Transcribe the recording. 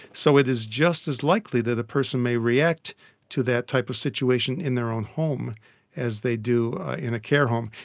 so it is just as likely that a person may react to that type of situation in their own home as they do in a care home.